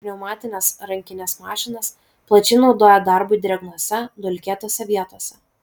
pneumatines rankines mašinas plačiai naudoja darbui drėgnose dulkėtose vietose